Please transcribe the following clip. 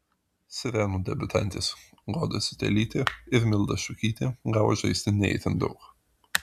sirenų debiutantės goda ziutelytė ir milda šukytė gavo žaisti ne itin daug